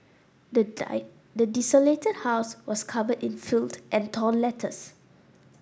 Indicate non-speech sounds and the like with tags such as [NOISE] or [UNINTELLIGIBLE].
the [UNINTELLIGIBLE] the desolated house was covered in filth and torn letters